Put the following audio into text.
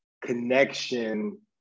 Connection